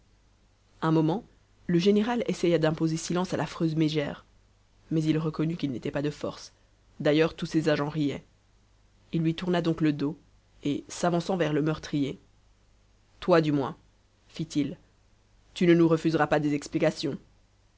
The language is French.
un moment le général essaya d'imposer silence à l'affreuse mégère mais il reconnut qu'il n'était pas de force d'ailleurs tous ses agents riaient il lui tourna donc le dos et s'avançant vers le meurtrier toi du moins fit-il tu ne nous refuseras pas des explications